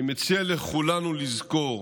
אני מציע לכולנו לזכור